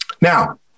Now